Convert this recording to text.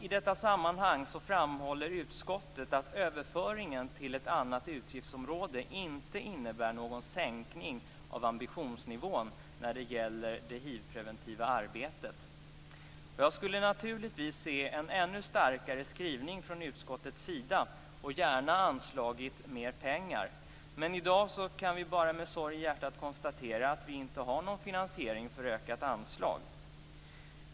I detta sammanhang framhåller utskottet att överföringen till ett annat utgiftsområde inte innebär någon sänkning av ambitionsnivån när det gäller det hivpreventiva arbetet. Jag hade naturligtvis gärna velat se en ännu starkare skrivning från utskottets sida, och gärna också att man anslagit mer pengar. Men i dag kan vi bara med sorg i hjärtat konstatera att vi inte har någon finansiering för ett ökat anslag.